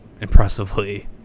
impressively